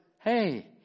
hey